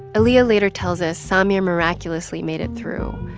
aaliyah later tells us samire miraculously made it through,